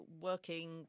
working